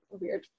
weird